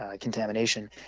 contamination